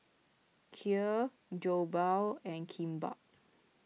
Kheer Jokbal and Kimbap